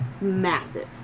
massive